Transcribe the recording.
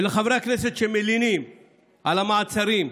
ולחברי הכנסת שמלינים על המעצרים,